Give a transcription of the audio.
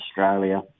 Australia